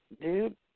dude